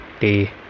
day